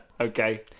okay